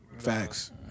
Facts